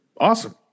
awesome